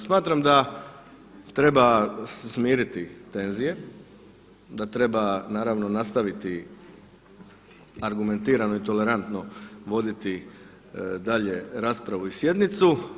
Smatram da treba smiriti tenzije, da treba naravno nastaviti argumentirano i tolerantno voditi dalje raspravu i sjednicu.